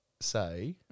say